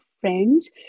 friends